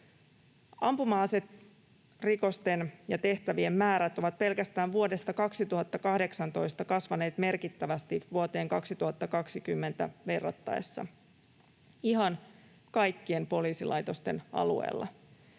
Ampuma-aserikosten ja ‑tehtävien määrät ovat pelkästään vuodesta 2018 vuoteen 2020 verrattaessa kasvaneet merkittävästi ihan kaikkien poliisilaitosten alueilla.